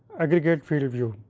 aggregate field view.